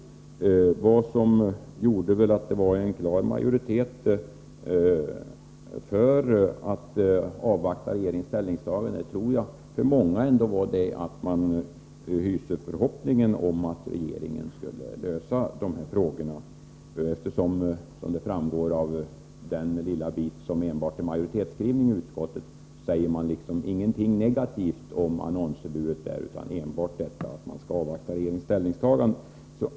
Vad som gjorde att det blev en klar majoritet för att avvakta regeringens ställningstagande — om jag nu stannar vid annonsförbudet — tror jag var att många hyser förhoppningen att regeringen skall lösa de här frågorna. I det lilla stycke som enbart är majoritetsskrivning i utskottsbetänkandet sägs nämligen ingenting huruvida man önskar eller inte önskar ett annonsförbud utan enbart att man skall avvakta regeringens ställningstagande.